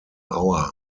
hour